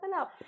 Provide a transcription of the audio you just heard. up